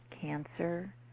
cancer